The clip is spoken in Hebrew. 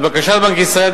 לבקשת בנק ישראל,